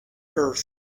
earth